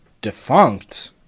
Defunct